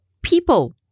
people